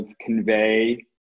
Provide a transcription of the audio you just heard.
Convey